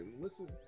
listen